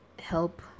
help